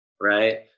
right